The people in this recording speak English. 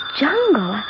jungle